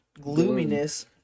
gloominess